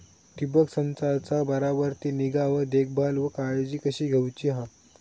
ठिबक संचाचा बराबर ती निगा व देखभाल व काळजी कशी घेऊची हा?